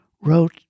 wrote